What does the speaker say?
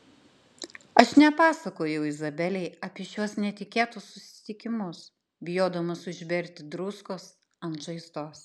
aš nepasakojau izabelei apie šiuos netikėtus susitikimus bijodamas užberti druskos ant žaizdos